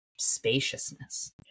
spaciousness